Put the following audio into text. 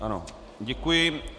Ano, děkuji.